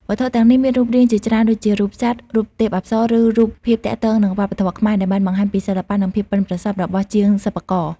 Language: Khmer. វត្ថុទាំងនេះមានរូបរាងជាច្រើនដូចជា រូបសត្វ រូបទេពអប្សរ ឬរូបភាពទាក់ទងនឹងវប្បធម៌ខ្មែរ ដែលបានបង្ហាញពីសិល្បៈនិងភាពប៉ិនប្រសប់របស់ជាងសិប្បករ។